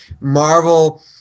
Marvel